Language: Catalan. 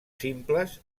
simples